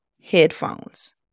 headphones